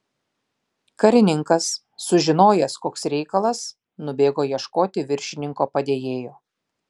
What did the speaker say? karininkas sužinojęs koks reikalas nubėgo ieškoti viršininko padėjėjo